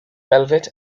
velvet